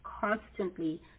constantly